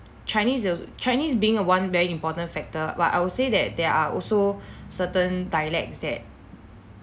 chinese a chinese being a one very important factor but I would say that there are also certain dialects that